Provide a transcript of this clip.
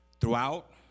Throughout